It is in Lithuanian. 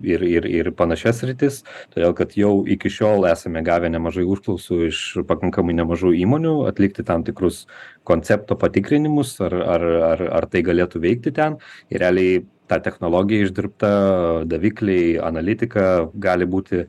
ir ir ir panašias sritis todėl kad jau iki šiol esame gavę nemažai užklausų iš pakankamai nemažų įmonių atlikti tam tikrus koncepto patikrinimus ar ar ar ar tai galėtų veikti ten ir realiai ta technologija išdirbta davikliai analitika gali būti